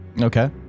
Okay